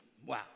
Wow